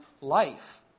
life